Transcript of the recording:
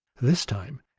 this time,